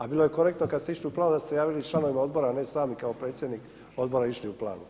A bilo je korektno kada ste išli u Plano da ste se javili i članovima odbora a ne sami kao predsjednik Odbora išli u Plano.